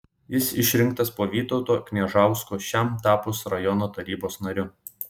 jis išrinktas po vytauto kniežausko šiam tapus rajono tarybos nariu